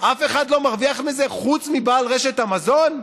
אף אחד לא מרוויח מזה חוץ מבעל רשת המזון?